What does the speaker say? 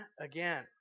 again